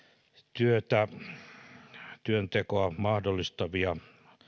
työntekoa mahdollistavia